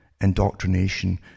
indoctrination